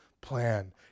plan